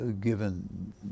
given